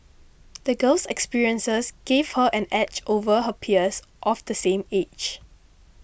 the girl's experiences gave her an edge over her peers of the same age